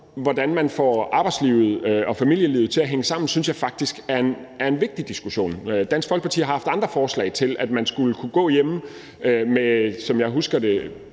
hvordan man får arbejdslivet og familielivet til at hænge sammen, synes jeg faktisk er en vigtig diskussion. Dansk Folkeparti har haft andre forslag til, at man skulle kunne gå hjemme, som jeg husker det,